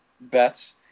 bets